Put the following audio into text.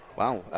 Wow